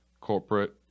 corporate